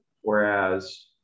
whereas